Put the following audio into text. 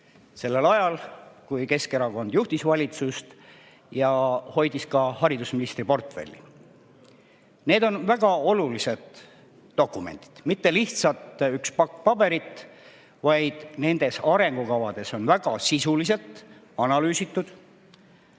sellel ajal, kui Keskerakond juhtis valitsust ja hoidis ka haridusministri portfelli. Need on väga olulised dokumendid, mitte lihtsalt üks pakk paberit. Nendes arengukavades on väga sisuliselt analüüsitud,